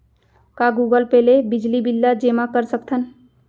का Google Pay ले बिजली बिल ल जेमा कर सकथन?